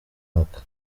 mwaka